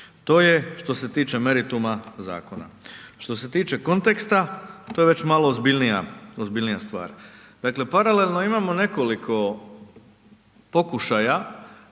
To je što se tiče merituma zakona. Štose tiče konteksta, to je već malo ozbiljnija stvar. Dakle paralelno imamo nekoliko pokušaja